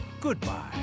goodbye